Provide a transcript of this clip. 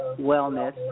wellness